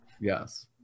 Yes